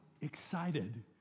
excited